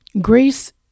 grace